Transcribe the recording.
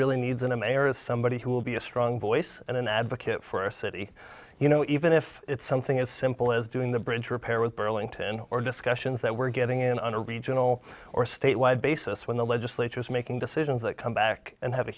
really needs in america somebody who will be a strong voice and an advocate for our city you know even if it's something as simple as doing the bridge repair with burlington or discussions that we're getting in on a regional or statewide basis when the legislature is making decisions that come back and have a